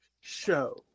show